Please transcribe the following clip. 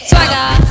Swagger